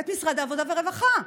את משרד העבודה והרווחה.